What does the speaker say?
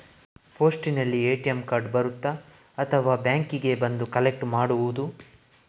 ಪೋಸ್ಟಿನಲ್ಲಿ ATM card ಬರುತ್ತಾ ಅಥವಾ ಬ್ಯಾಂಕಿಗೆ ಬಂದು ಕಲೆಕ್ಟ್ ಮಾಡುವುದು?